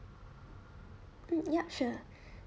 mm yup sure